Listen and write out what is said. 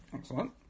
Excellent